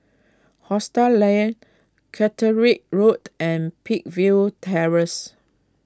Hostel Lah Catterick Road and Peakville Terrace